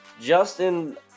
Justin